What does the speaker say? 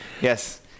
Yes